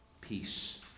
peace